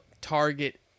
target